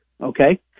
Okay